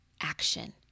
action